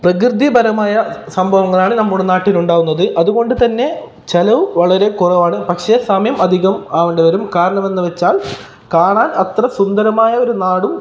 പ്രകൃതിപരമായ സംഭവങ്ങളാണ് നമ്മുടെ നാട്ടിൽ ഉണ്ടാവുന്നത് അതുകൊണ്ട് തന്നെ ചിലവ് വളരെ കുറവാണ് പക്ഷേ സമയം അധികം ആകേണ്ടി വരും കാരണം എന്നു വെച്ചാൽ കാണാൻ അത്ര സുന്ദരമായ ഒരു നാടും